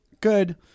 good